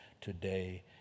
today